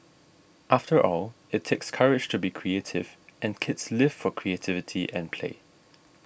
after all it takes courage to be creative and kids live for creativity and play